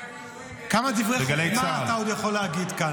כמה דברי חוכמה אתה עוד יכול להגיד כאן?